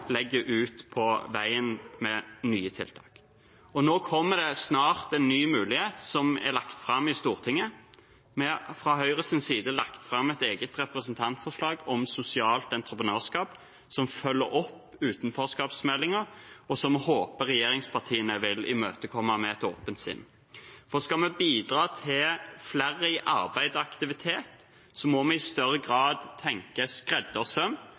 ut på veien med nye tiltak. Nå kommer det snart en ny mulighet for Stortinget. Vi har fra Høyre lagt fram et eget representantforslag om sosialt entreprenørskap, som følger opp utenforskapsmeldingen – og som vi håper regjeringspartiene vil imøtekomme med åpent sinn. Skal vi bidra til å få flere i arbeid og aktivitet, må vi i større grad tenke skreddersøm